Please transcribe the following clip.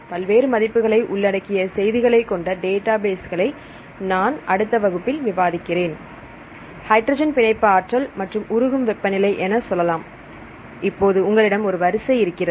பல்வேறு மதிப்புகளை உள்ளடக்கிய செய்திகளை கொண்ட டேட்டாபேஸ்களை நான் அடுத்த வகுப்பில் விவாதிக்கிறேன் ஹைட்ரஜன் பிணைப்பு ஆற்றல் மற்றும் உருகும் வெப்பநிலை என சொல்லலாம் இப்போது உங்களிடம் ஒரு வரிசை இருக்கிறது